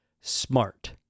smart